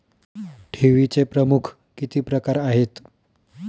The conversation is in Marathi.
ठेवीचे प्रमुख किती प्रकार आहेत?